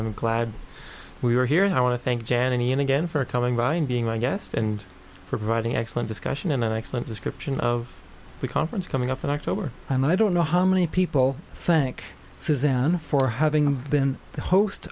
i'm glad we were here and i want to thank jan any and again for coming by and being my guest and providing excellent discussion and an excellent description of the conference coming up in october and i don't know how many people think suzanne for having been